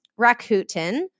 Rakuten